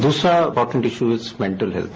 दूसरा important issue is mental health